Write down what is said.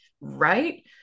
right